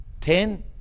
ten